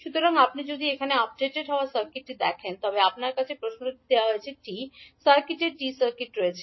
সুতরাং আপনি যদি এখানে আপডেট হওয়া সার্কিটটি দেখেন তবে আপনার কাছে প্রশ্নটির দেওয়া T সার্কিটের T সার্কিট রয়েছে